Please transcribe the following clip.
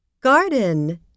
garden